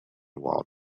while